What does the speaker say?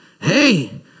Hey